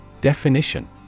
Definition